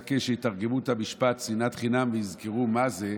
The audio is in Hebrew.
רק שיתרגמו את המשפט "שנאת חינם" ויזכרו מה זה.